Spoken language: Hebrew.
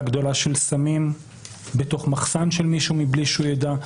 גדולה של סמים בתוך מחסן של מישהו בלי שהוא ידע,